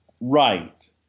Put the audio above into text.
right